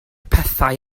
pethau